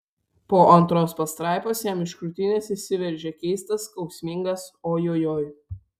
po antros pastraipos jam iš krūtinės išsiveržė keistas skausmingas ojojoi